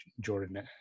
Jordan